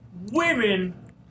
Women